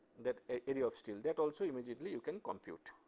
that area of steel, that also immediately you can compute.